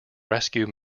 rescue